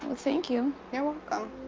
thank you. you're welcome.